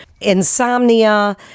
insomnia